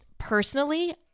Personally